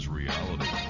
reality